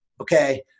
okay